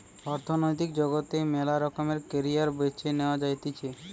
অর্থনৈতিক জগতে মেলা রকমের ক্যারিয়ার বেছে নেওয়া যাতিছে